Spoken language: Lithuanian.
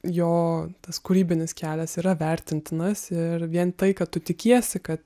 jo tas kūrybinis kelias yra vertintinas ir vien tai kad tu tikiesi kad